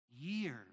years